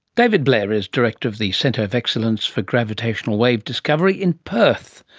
david blair is director of the centre of excellence for gravitational wave discovery in perth,